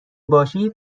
باشید